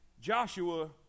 Joshua